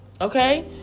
Okay